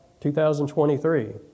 2023